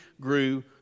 grew